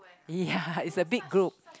ya its a big group